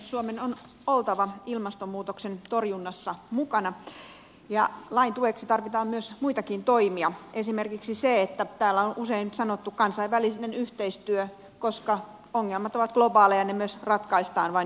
suomen on oltava ilmastonmuutoksen torjunnassa mukana ja lain tueksi tarvitaan myös muitakin toimia esimerkiksi täällä usein mainittu kansainvälinen yhteistyö koska ongelmat ovat globaaleja ja ne myös ratkaistaan vain yhteistyön kautta